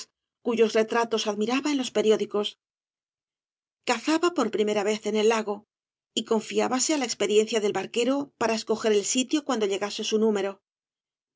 barro tratos admiraba en los periódicos cazaba por primera vez en el lago y confiábase á la experiencia del barquero para escoger el sitio cuando llegase su número